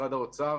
משרד האוצר